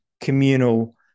communal